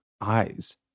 eyes